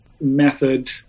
method